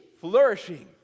flourishing